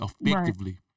effectively